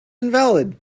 invalid